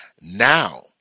Now